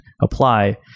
apply